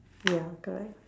ya correct